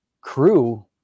Crew